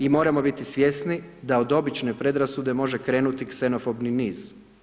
I moramo biti svjesni, da od obične predrasude može krenuti ksenofobni niz.